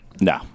No